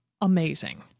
amazing